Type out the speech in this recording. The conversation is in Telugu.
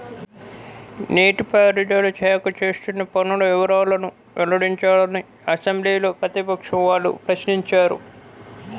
నీటి పారుదల శాఖ చేస్తున్న పనుల వివరాలను వెల్లడించాలని అసెంబ్లీలో ప్రతిపక్షం వాళ్ళు ప్రశ్నించారు